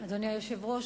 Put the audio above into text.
אדוני היושב-ראש,